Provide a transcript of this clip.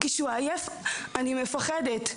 כשהוא עייף, אני פוחדת.